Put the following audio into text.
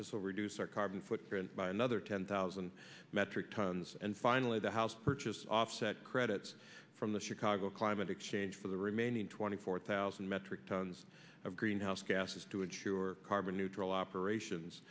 will reduce our carbon footprint by another ten thousand metric tons and finally the house purchase offset credits from the chicago climate exchange for the remaining twenty four thousand metric tons of greenhouse gases to ensure carbon neutral operations